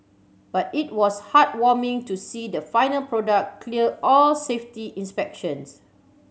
but it was heartwarming to see the final product clear all safety inspections